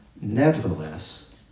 nevertheless